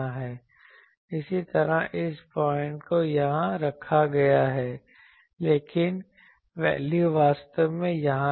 इसी तरह इस पॉइंट को यहां रखा गया है लेकिन वैल्यू वास्तव में यहां है